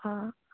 অঁ